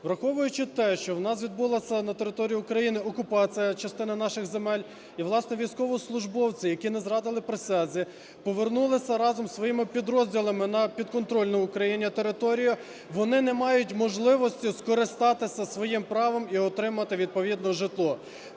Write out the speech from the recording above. Враховуючи те, що в нас відбулася на території України окупація частини наших земель і, власне, військовослужбовці, які не зрадили присязі, повернулися разом із своїми підрозділами на підконтрольну Україні територію, вони не мають можливості скористатися своїм правом і отримати відповідно житло.